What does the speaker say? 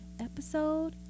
episode